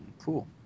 Cool